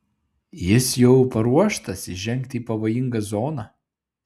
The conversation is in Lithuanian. jis jau paruoštas įžengti į pavojingą zoną